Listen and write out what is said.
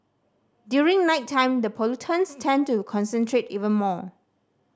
during nighttime the pollutants tend to concentrate even more